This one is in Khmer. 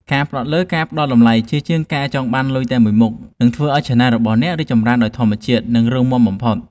ការផ្ដោតលើការផ្តល់តម្លៃជាជាងការចង់បានលុយតែមួយមុខ នឹងធ្វើឱ្យឆានែលរបស់អ្នករីកចម្រើនដោយធម្មជាតិ និងរឹងមាំបំផុត។